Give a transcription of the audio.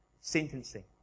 sentencing